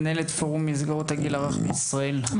מנכ"לית פורום מסגרות הגיל הרך בישראל.